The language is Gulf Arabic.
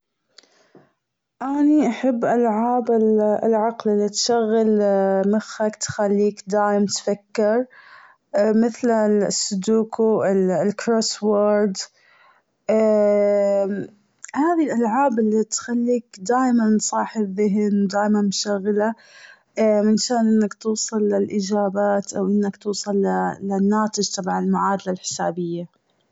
أني أحب ألعاب العقل اللي تشغل مخك تخليك دايم تفكر. مثل ال sudoku ال-ال cross word هذي الألعاب اللي تخليك دايماً صاحب ذهن دايماً مشغلة إنك توصل للإجابات أو إنك توصل للناتج تبع المعادلة الحسابية.